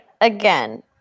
again